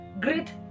great